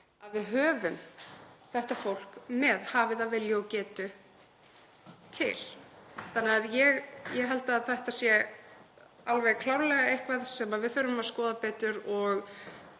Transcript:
að við höfum þetta fólk með, hafi það vilja og getu til. Ég held að þetta sé klárlega eitthvað sem við þurfum að skoða betur.